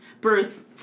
Bruce